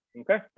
Okay